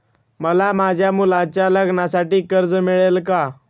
मला माझ्या मुलाच्या लग्नासाठी कर्ज मिळेल का?